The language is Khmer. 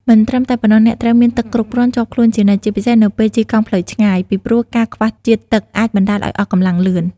មិនត្រឹមតែប៉ុណ្ណោះ អ្នកត្រូវមានទឹកគ្រប់គ្រាន់ជាប់ខ្លួនជានិច្ច ជាពិសេសនៅពេលជិះកង់ផ្លូវឆ្ងាយ ពីព្រោះការខ្វះជាតិទឹកអាចបណ្តាលឱ្យអស់កម្លាំងលឿន។